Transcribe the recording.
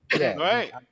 right